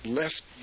left